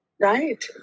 Right